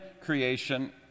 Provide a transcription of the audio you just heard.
creation